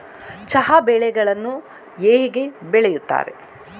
ಚಹಾ ಬೆಳೆಯನ್ನು ಹೇಗೆ ಬೆಳೆಯುತ್ತಾರೆ?